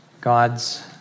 God's